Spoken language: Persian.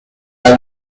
قدر